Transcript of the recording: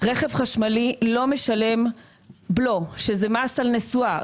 רכב חשמלי, לא משלם בלו שזה מס על נסועה.